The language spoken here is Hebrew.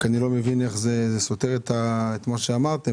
שאני לא מבין כי זה סותר את מה אמרתם,